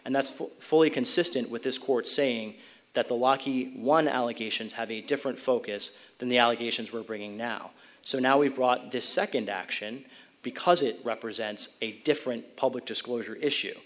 and that's for fully consistent with this court saying that the locky one allegations have a different focus than the allegations we're bringing now so now we've brought this second action because it represents a different public disclosure issue